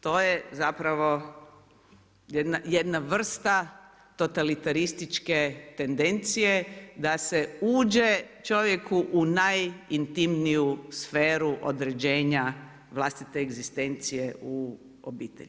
To je zapravo jedna vrsta totalitarističke tendencije da se uđe čovjeku u najintimniju sferu određenja vlastite egzistencije u obitelj.